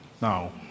now